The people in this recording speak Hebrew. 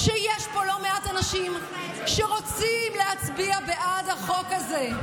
שיש פה לא מעט אנשים שרוצים להצביע בעד החוק הזה.